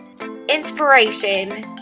inspiration